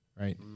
right